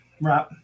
Right